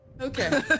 Okay